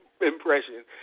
impression